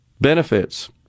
benefits